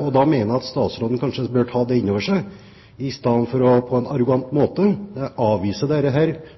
utdanningen. Da mener jeg at statsråden kanskje bør ta det inn over seg i stedet for på en arrogant måte å avvise dette